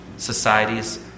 Societies